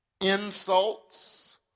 insults